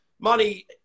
money